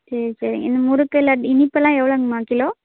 சரி சரிங்க இந்த முறுக்கு லட்டு இனிப்பெல்லாம் எவ்வளோங்கம்மா கிலோ